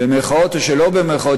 במירכאות או שלא במירכאות,